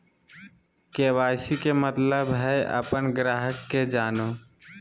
KYC के मतलब हइ अपन ग्राहक के जानो